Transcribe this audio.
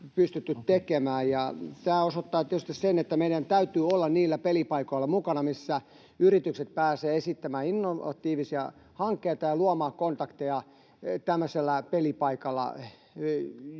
pystytty tekemään. Tämä osoittaa tietysti, että meidän täytyy olla niillä pelipaikoilla mukana, missä yritykset pääsevät esittämään innovatiivisia hankkeita ja luomaan kontakteja, tämmöisellä pelipaikalla